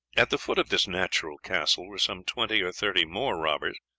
at the foot of this natural castle were some twenty or thirty more robbers,